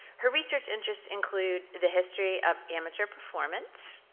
her research interests include the history of amateur performance,